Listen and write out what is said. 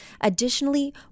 Additionally